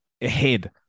ahead